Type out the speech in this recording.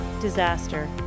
disaster